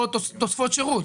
או תוספות שירות,